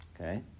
Okay